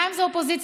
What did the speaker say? גם אם זה אופוזיציה,